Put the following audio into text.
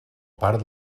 part